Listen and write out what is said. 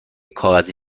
کاغذی